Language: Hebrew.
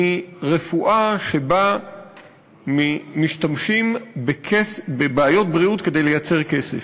היא רפואה שבה משתמשים בבעיות בריאות כדי לייצר כסף,